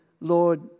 Lord